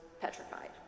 petrified